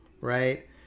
right